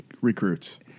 recruits